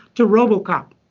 to robocop.